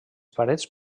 parets